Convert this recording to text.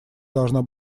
должна